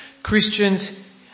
Christians